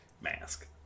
mask